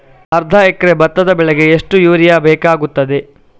ಅರ್ಧ ಎಕರೆ ಭತ್ತ ಬೆಳೆಗೆ ಎಷ್ಟು ಯೂರಿಯಾ ಬೇಕಾಗುತ್ತದೆ?